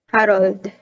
Harold